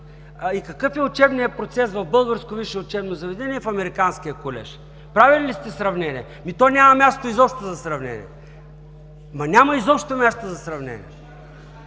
и какъв е учебният процес в българското висше учебно заведение и в Американския колеж? Правили ли сте сравнение? То няма изобщо място за сравнение. Няма изобщо място за сравнение!